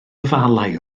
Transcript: afalau